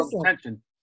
attention